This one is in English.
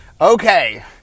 Okay